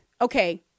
okay